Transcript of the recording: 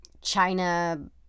China